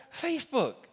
Facebook